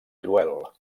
cruel